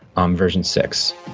um version six.